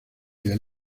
del